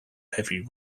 heavy